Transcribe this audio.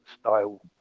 style